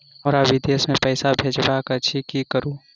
हमरा विदेश मे पैसा भेजबाक अछि की करू?